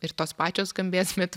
ir tos pačios skambės bet